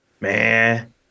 Man